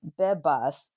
Bebas